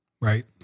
right